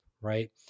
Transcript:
right